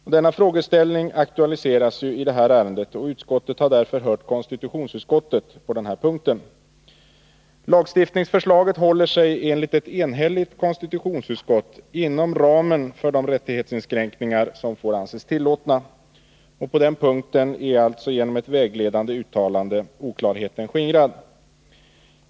Det är en frågeställning som aktualiseras i detta ärende, och justitieutskottet har därför hört konstitutionsutskottet på denna punkt. Lagstiftningsförslaget håller sig enligt ett enhälligt konstitutionsutskott inom ramen för de rättighetsinskränkningar som får anses tillåtna. På den punkten är alltså genom ett vägledande uttalande oklarheten skingrad.